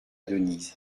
denise